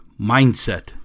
Mindset